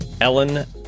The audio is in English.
Ellen